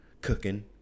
cooking